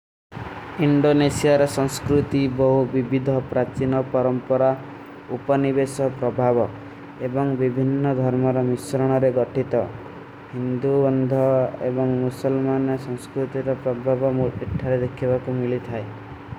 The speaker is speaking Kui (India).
ଇଂଡୋନେଶିଯାର ସଂସ୍କୁରୁତି ବହୁ ଵିଭିଦ ପ୍ରାଚିନ ପରଂପରା, ଉପନିଵେଶ ପ୍ରଭାଵ ଏବଂଗ ଵିଭିନ୍ନ ଧର୍ମର ମିଶ୍ରଣରେ ଗଟିତ। ହିଂଦୁ, ଅଂଧଵ ଏବଂଗ ମୁସଲ୍ମାନ ସଂସ୍କୁରୁତି ପ୍ରଭାଵା ମୋଟ ପିଠାରେ ଦେଖେଵା କୋ ମିଲୀ ଥାଈ।